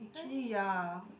actually ya